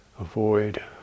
avoid